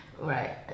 Right